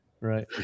right